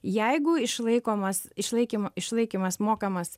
jeigu išlaikomas išlaikymo išlaikymas mokamas